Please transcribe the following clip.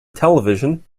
television